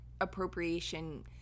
appropriation